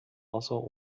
wasser